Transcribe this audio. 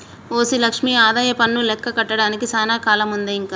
OC Lakshmi ఆదాయపన్ను లెక్క కట్టడానికి సానా కాలముందే ఇంక